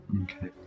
Okay